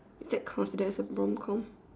is that considered as a rom com